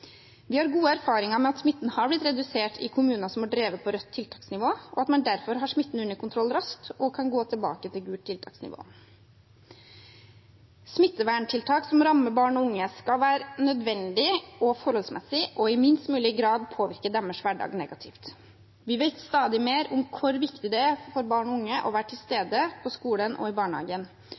Vi har gode erfaringer med at smitten har blitt redusert i kommuner som har drevet på rødt tiltaksnivå, og at man derfor får smitten under kontroll raskt og kan gå tilbake til gult tiltaksnivå. Smitteverntiltak som rammer barn og unge, skal være nødvendige og forholdsmessige og i minst mulig grad påvirke deres hverdag negativt. Vi vet stadig mer om hvor viktig det er for barn og unge å være til stede på skolen og i barnehagen.